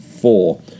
four